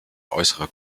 äußerer